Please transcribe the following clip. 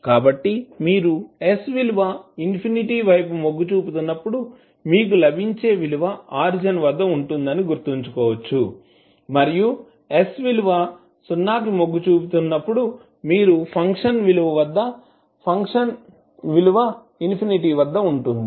కాబట్టి మీరు S విలువ ఇన్ఫినిటీ వైపు మొగ్గుచూపుతున్నప్పుడు మీకు లభించే విలువ ఆరిజిన్ వద్ద ఉంటుంది అని గుర్తుంచుకోవచ్చు మరియు s విలువ 0 కి మొగ్గు చూపినప్పుడు మీరు ఫంక్షన్ విలువ ఇన్ఫినిటీ వద్ద ఉంటుంది